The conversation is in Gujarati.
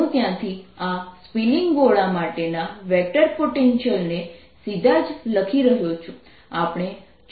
હું ત્યાંથી આ સ્પિનિંગ ગોળા માટેના વેક્ટર પોટેન્શિયલ ને સીધા જ લખી રહ્યો છું